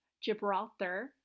Gibraltar